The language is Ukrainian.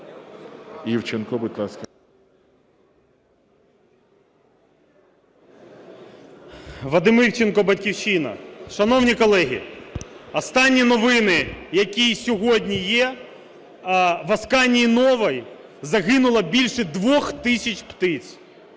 Вадим Івченко, "Батьківщина". Шановні колеги, останні новини, які сьогодні є, в "Асканії-Новій" загинуло більш 2 тисяч птиць.